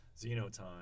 Xenotime